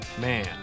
Man